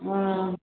हॅं